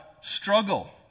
struggle